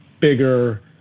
bigger